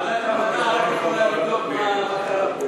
ועדת המדע, רק, יכולה לבדוק מה קרה פה.